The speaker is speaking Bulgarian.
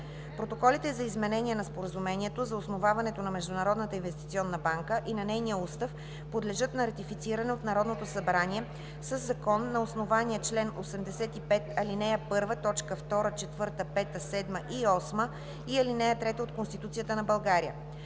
Протоколите за изменение на Споразумението за основаването на Международната инвестиционна банка и на нейния устав подлежат на ратифициране от Народното събрание със закон на основание чл. 85, ал. 1, т. 2, 4, 5, 7 и 8 и ал. 3 от Конституцията на Република